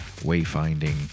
wayfinding